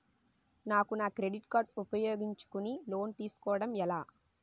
నాకు నా credit card ఉపయోగించుకుని లోన్ తిస్కోడం ఎలా?